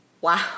wow